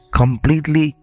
completely